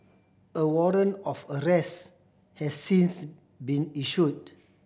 a warrant of arrest has since been issued